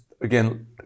again